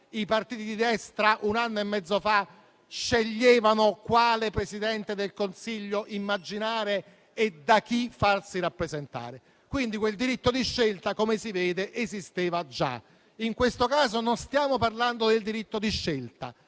i partiti di destra un anno e mezzo fa sceglievano quale Presidente del Consiglio immaginare e da chi farsi rappresentare. Quindi, quel diritto di scelta, come si vede, esisteva già. In questo caso, non stiamo parlando del diritto di scelta,